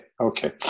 okay